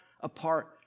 apart